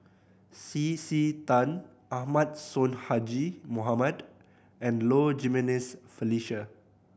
C C Tan Ahmad Sonhadji Mohamad and Low Jimenez Felicia